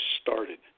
started